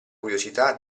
curiosità